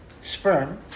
sperm